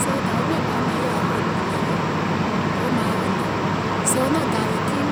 sèè wo dȧwi miɔ̀ŋ bȧ wo mɛ̀iŋ yèwa ko dìmɛ̀ wii gold mine wo hnȧŋ wo nɔ̀ŋ dȧȧwè kiim,